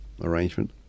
arrangement